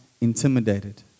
intimidated